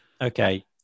Okay